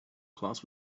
class